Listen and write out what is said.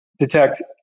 detect